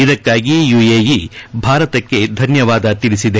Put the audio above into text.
ಇದಕ್ಕಾಗಿ ಯುಎಇ ಭಾರತಕ್ಕೆ ಧನ್ಯವಾದ ತಿಳಿಸಿದೆ